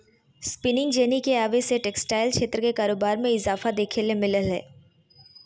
spinning jenny के आवे से टेक्सटाइल क्षेत्र के कारोबार मे इजाफा देखे ल मिल लय हें